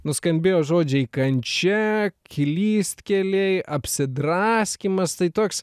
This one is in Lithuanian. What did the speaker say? nuskambėjo žodžiai kančia klystkeliai apsidraskymas tai toks